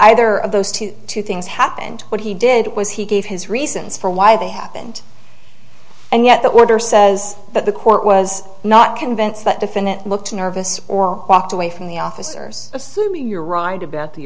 either of those two two things happened what he did was he gave his reasons for why they happened and yet the order says that the court was not convinced that defendant looked nervous or walked away from the officers assuming you're right about the